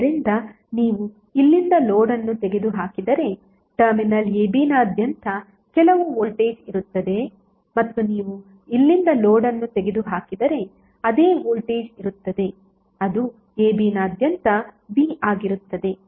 ಆದ್ದರಿಂದ ನೀವು ಇಲ್ಲಿಂದ ಲೋಡ್ ಅನ್ನು ತೆಗೆದುಹಾಕಿದರೆ ಟರ್ಮಿನಲ್ abನಾದ್ಯಂತ ಕೆಲವು ವೋಲ್ಟೇಜ್ ಇರುತ್ತದೆ ಮತ್ತು ನೀವು ಇಲ್ಲಿಂದ ಲೋಡ್ ಅನ್ನು ತೆಗೆದುಹಾಕಿದರೆ ಅದೇ ವೋಲ್ಟೇಜ್ ಇರುತ್ತದೆ ಅದು abನಾದ್ಯಂತ V ಆಗಿರುತ್ತದೆ